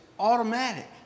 Automatic